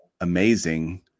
amazing